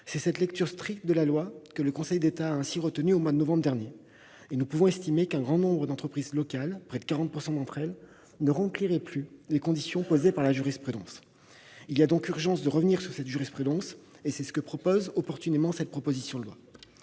C'est une lecture stricte de la loi que le Conseil d'État a retenue au mois de novembre dernier. On estime ainsi qu'un grand nombre d'entreprises locales, près de 40 % d'entre elles, ne rempliraient plus les conditions posées par la jurisprudence. Il était donc urgent de revenir sur cette jurisprudence, ce que prévoit opportunément cette proposition de loi.